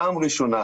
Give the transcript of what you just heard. פעם ראשונה,